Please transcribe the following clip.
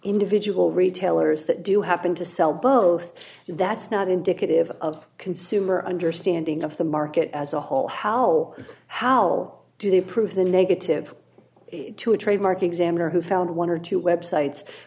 individual retailers that do happen to sell both that's not indicative of consumer understanding of the market as a whole how how do they prove the negative to a trademark examiner who found one or two websites